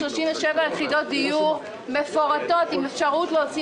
אבל אם אפשר בכל